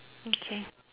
okay